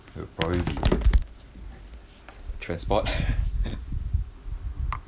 will probably be transport